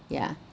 ya